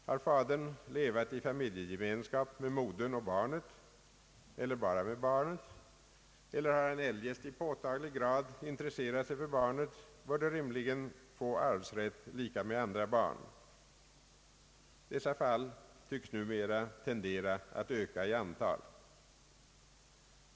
Har fadern levat i familjegemenskap med modern och barnet — eller bara med barnet — eller har han eljest i påtaglig grad intresserat sig för barnet, bör det rimligen få arvsrätt lika med andra barn. Dessa fall tycks numera tendera att öka i antal.